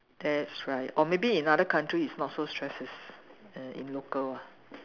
that's right or maybe in other countries it's not so stress as in in local one